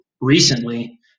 recently